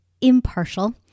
impartial